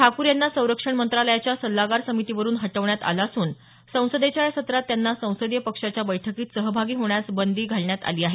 ठाकूर यांना संरक्षण मंत्रालयाच्या सल्लागार समितीवरून हटवण्यात आलं असून संसदेच्या या सत्रात त्यांना संसदीय पक्षाच्या बैठकीत सहभागी होण्यास बंदी घालण्यात आली आहे